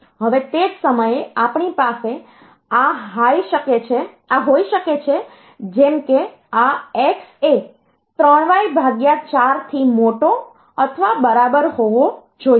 હવે તે જ સમયે આપણી પાસે આ હોઈ શકે છે જેમ કે આ x એ 3y4 થી મોટો અથવા બરાબર હોવો જોઈએ